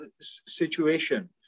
situation